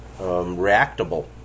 reactable